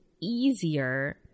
easier